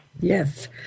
Yes